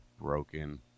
broken